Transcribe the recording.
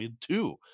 two